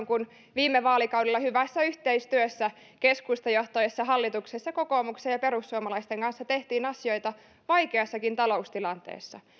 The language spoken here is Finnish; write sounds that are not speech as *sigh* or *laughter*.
*unintelligible* kun viime vaalikaudella hyvässä yhteistyössä keskustajohtoisessa hallituksessa kokoomuksen ja perussuomalaisten kanssa tehtiin asioita vaikeassakin taloustilanteessa